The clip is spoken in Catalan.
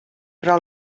però